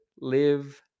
live